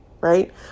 right